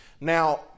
Now